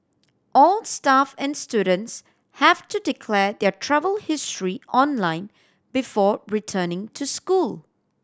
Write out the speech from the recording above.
all staff and students have to declare their travel history online before returning to school